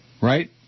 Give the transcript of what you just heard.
Right